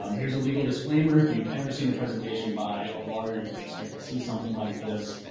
um here's a legal disclaimer. if you've ever seen the presentation by a lawyer, you can expect to see something like this.